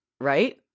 Right